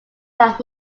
had